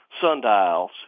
sundials